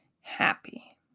happy